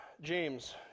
James